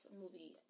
movie